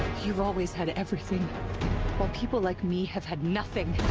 you've always had everything while people like me have had nothing.